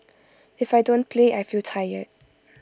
if I don't play I feel tired